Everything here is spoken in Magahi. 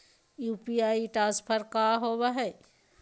यू.पी.आई ट्रांसफर का होव हई?